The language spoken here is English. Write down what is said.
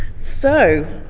so